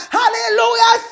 hallelujah